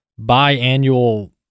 biannual